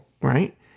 Right